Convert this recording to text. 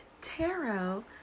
tarot